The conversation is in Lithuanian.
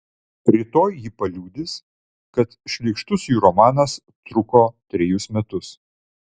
rytoj ji paliudys kad šlykštus jų romanas truko trejus metus